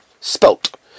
spelt